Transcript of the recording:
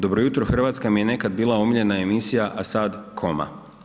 Dobro jutro Hrvatska mi je nekad bila omiljena emisija, a sad koma.